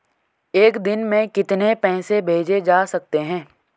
एक दिन में कितने पैसे भेजे जा सकते हैं?